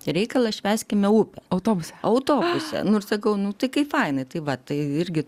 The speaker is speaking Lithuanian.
reikalas švęskime u autobuse autobuse nu ir sakau nu tai kai fainai tai va tai irgi